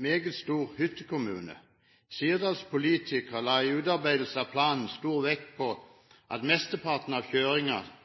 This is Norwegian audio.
meget stor hyttekommune. Sirdals politikere la i utarbeidelsen av planen stor vekt på at mesteparten av